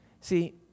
See